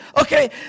Okay